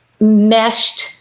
meshed